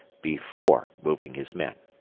before moving his men.